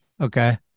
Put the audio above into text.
Okay